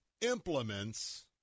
implements